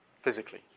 physically